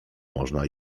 można